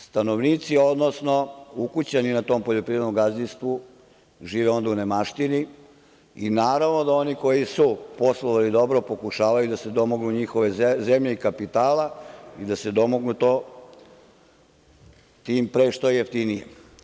Stanovnici, odnosno ukućani na tom poljoprivrednom gazdinstvu žive onda u nemaštini i naravno da oni koji su poslovali dobro pokušavaju da se domognu njihove zemlje i kapitala i da se domognu tim pre što jeftinije.